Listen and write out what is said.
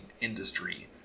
industry